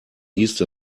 east